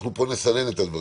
אנחנו פה נסנן את הדברים.